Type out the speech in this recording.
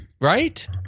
Right